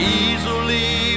easily